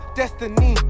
destiny